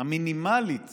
המינימלית